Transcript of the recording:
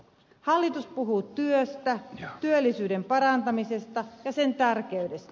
hallitus puhuu työstä työllisyyden parantamisesta ja sen tärkeydestä